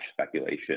speculation